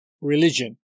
Religion